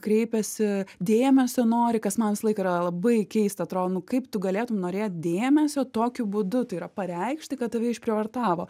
kreipiasi dėmesio nori kas man visą laiką yra labai keista atro nu kaip tu galėtum norėt dėmesio tokiu būdu tai yra pareikšti kad tave išprievartavo